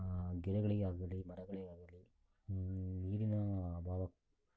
ಗಿಡಗಳಿಗೆ ಆಗಲಿ ಮರಗಳಿಗೆ ಆಗಲಿ ನೀರಿನ ಅಭಾವ